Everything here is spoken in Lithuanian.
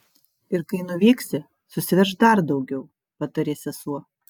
ir kai nuvyksi susiveržk dar daugiau patarė sesuo